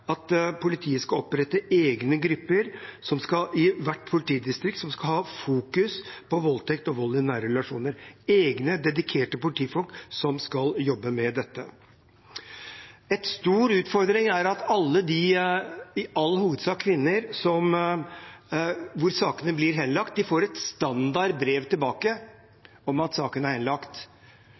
at politiet skal opprette egne grupper i hvert politidistrikt som skal fokusere på voldtekt og vold i nære relasjoner – egne dedikerte politifolk som skal jobbe med dette. En stor utfordring er at alle de – i all hovedsak kvinner – som får sakene sine henlagt, får et standardbrev tilbake om at saken er henlagt.